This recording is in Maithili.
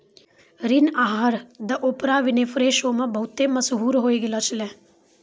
ऋण आहार द ओपरा विनफ्रे शो मे बहुते मशहूर होय गैलो छलै